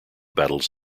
battles